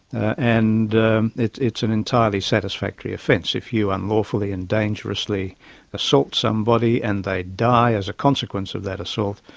and it's it's an entirely satisfactory offence if you unlawfully and dangerously assault somebody and they die as a consequence of that assault,